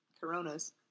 coronas